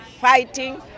fighting